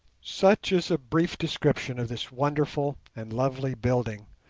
such is a brief description of this wonderful and lovely building,